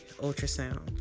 ultrasound